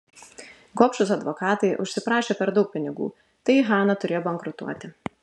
gobšūs advokatai užsiprašė per daug pinigų tai hana turėjo bankrutuoti